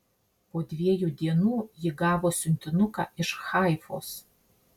po dviejų dienų ji gavo siuntinuką iš haifos